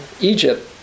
Egypt